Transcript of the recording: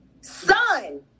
son